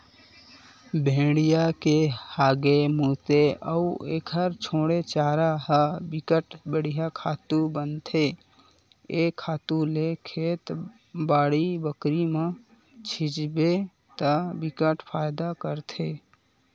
भेड़िया के हागे, मूते अउ एखर छोड़े चारा ह बिकट बड़िहा खातू बनथे ए खातू ल खेत, बाड़ी बखरी म छितबे त बिकट फायदा करथे